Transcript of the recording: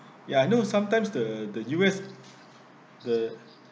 ya I know sometimes the the U_S